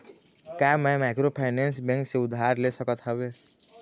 का मैं microfinance bank से उधार ले सकत हावे?